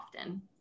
often